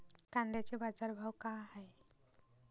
कांद्याचे बाजार भाव का हाये?